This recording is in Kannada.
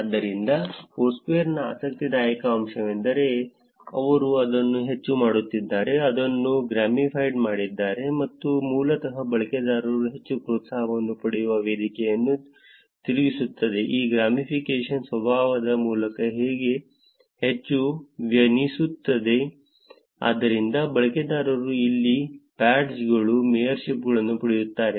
ಆದ್ದರಿಂದ ಫೋರ್ಸ್ಕ್ವೇರ್ನ ಆಸಕ್ತಿದಾಯಕ ಅಂಶವೆಂದರೆ ಅವರು ಅದನ್ನು ಹೆಚ್ಚು ಮಾಡಿದ್ದಾರೆ ಅದನ್ನು ಗ್ಯಾಮಿಫೈಡ್ ಮಾಡಿದ್ದಾರೆ ಇದು ಮೂಲತಃ ಬಳಕೆದಾರರು ಹೆಚ್ಚು ಪ್ರೋತ್ಸಾಹವನ್ನು ಪಡೆಯುವ ವೇದಿಕೆಯನ್ನು ತಿರುಗಿಸುತ್ತದೆ ಈ ಗ್ಯಾಮಿಫಿಕೇಶನ್ ಸ್ವಭಾವದ ಮೂಲಕ ಹೆಚ್ಚು ವ್ಯಸನಿಯಾಗುತ್ತದೆ ಅಂದರೆ ಬಳಕೆದಾರರು ಇಲ್ಲಿ ಬ್ಯಾಡ್ಜ್ಗಳು ಮೇಯರ್ಶಿಪ್ಗಳನ್ನು ಪಡೆಯುತ್ತಾರೆ